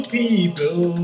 people